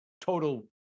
total